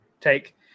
take